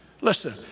Listen